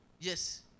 Yes